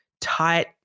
tight